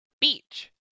beach